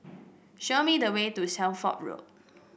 show me the way to Shelford Road